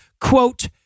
quote